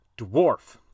dwarf